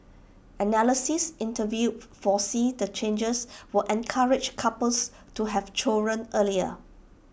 analysts interviewed foresee the changes will encourage couples to have children earlier